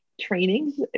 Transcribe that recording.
trainings